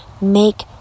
make